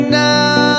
now